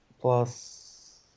plus